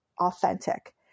authentic